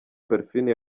parfine